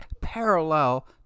parallel